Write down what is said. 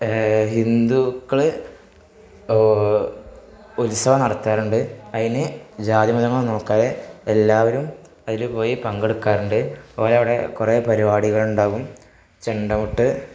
ഹിന്ദുക്കള് ഉത്സവം നടത്താറുണ്ട് അതിന് ജാതിയോ മതമോ നോക്കാതെ എല്ലാവരും അതില് പോയി പങ്കെടുക്കാറുണ്ട് പോയാല് അവിടെ കുറേ പരിപാടികളുണ്ടാവും ചെണ്ടമുട്ട്